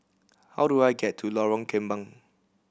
how do I get to Lorong Kembang